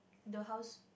the house